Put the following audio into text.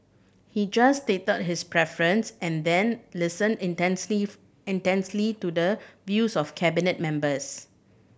he just stated his preference and then listened intently intently to the views of Cabinet members